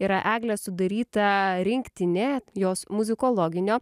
yra eglės sudaryta rinktinė jos muzikologinio